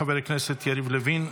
חבר הכנסת יריב לוין,